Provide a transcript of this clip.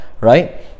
right